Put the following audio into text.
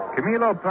Camilo